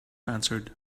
answered